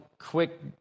quick